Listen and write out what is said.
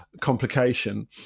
complication